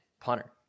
punter